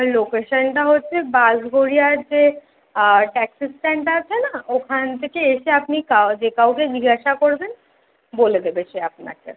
লোকেশানটা হচ্ছে বাস গড়িয়ার যে ট্যাক্সি স্ট্যান্ডটা আছে না ওখান থেকে এসে আপনি কা যে কাউকে জিজ্ঞাসা করবেন বলে দেবে সে আপনাকে